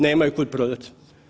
Nemaju kud prodati.